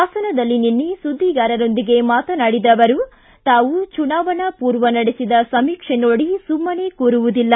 ಹಾಸನದಲ್ಲಿ ನಿನ್ನೆ ಸುದ್ದಿಗಾರರೊಂದಿಗೆ ಮಾತನಾಡಿದ ಅವರು ತಾವು ಚುನಾವಣಾ ಪೂರ್ವ ನಡೆಸಿದ ಸಮೀಕ್ಷೆ ನೋಡಿ ಸುಮ್ಮನೆ ಕೂರುವುದಿಲ್ಲ